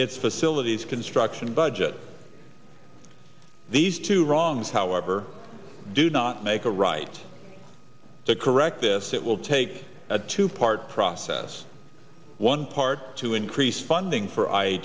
its facilities construction budget these two wrongs however do not make a right to correct this it will take a two part process one part to increase funding for i